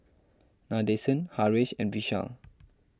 Nadesan Haresh and Vishal